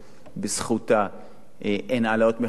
בזכותה אין העלאות מחירים.